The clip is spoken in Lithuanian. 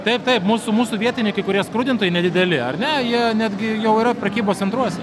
taip taip mūsų mūsų vietiniai kai kurie skrudintojai nedideli ar ne jie netgi jau yra prekybos centruose